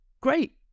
great